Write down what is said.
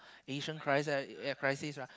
Asian crisis uh crisis lah